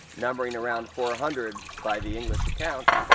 numbering around four hundred by the english accounts,